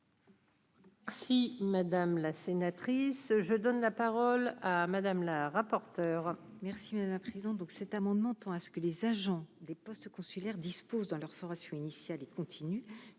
Si Madame la sénatrice, je donne la parole à Madame, la rapporteure.